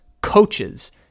coaches